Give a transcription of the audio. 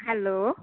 hello